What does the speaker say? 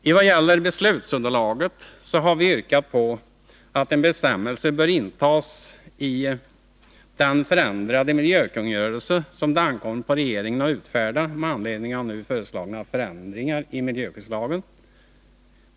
Beträffande beslutsunderlaget har vi yrkat på att en bestämmelse bör intas i den förändrade miljökungörelse som det ankommer på regeringen att utfärda med anledning av de nu föreslagna förändringarna i miljöskyddslagen.